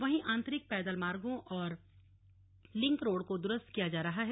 वहीं आन्तरिक पैदल मार्गो और लिंक रोड को दुरुस्त किया जा रहा है